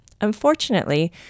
Unfortunately